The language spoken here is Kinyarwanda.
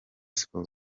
siporo